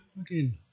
again